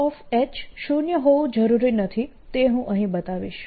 H શૂન્ય હોવું જરૂરી નથી જે હું અહીં બતાવીશ